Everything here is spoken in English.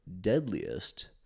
deadliest